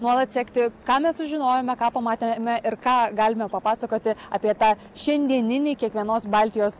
nuolat sekti ką mes sužinojome ką pamatėme ir ką galime papasakoti apie tą šiandieninį kiekvienos baltijos